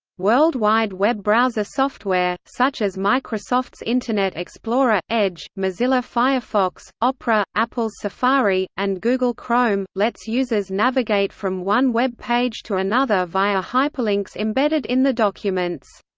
world wide web browser software, such as microsoft's internet explorer edge, mozilla firefox, opera, apple's safari, and google chrome, lets users navigate from one web page to another via hyperlinks embedded in the documents.